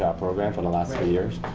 ah program for the last few years.